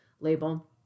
label